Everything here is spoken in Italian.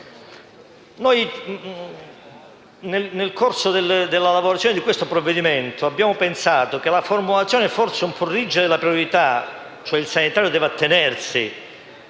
Nel corso dell'elaborazione di questo provvedimento, abbiamo pensato che la formulazione forse un po' rigida delle priorità cui sanitario deve attenersi